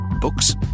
Books